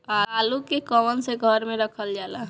आलू के कवन से घर मे रखल जाला?